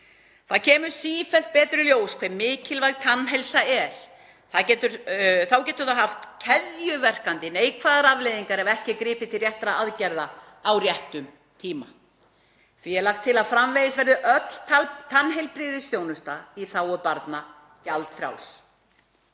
Það kemur sífellt betur í ljós hve mikilvæg tannheilsa er. Þá getur það haft keðjuverkandi neikvæðar afleiðingar ef ekki er gripið til réttra aðgerða á réttum tíma. Því er lagt til að framvegis verði öll tannheilbrigðisþjónusta í þágu barna gjaldfrjáls.